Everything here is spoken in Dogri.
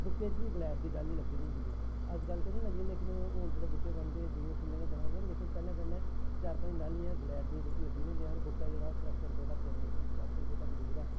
बुक्कें च बी ग्लैड़ दी डाल्ली लग्गी दी होंदी ऐ अजकल ते निं लगदी लेकिन हून जेह्ड़े बुक्के बनदे दुएं फुल्लें दे बना दे लेकिन पैहलें पैहलें चार पंज डालियां ग्लैड़ दियां बिच लग्गी दियां होंदियां हा और बुक्का जेह्ड़ा त्रै सौ रपे तक्कर चार सौ रपे तक्कर बिकदा हा